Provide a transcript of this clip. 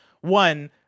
one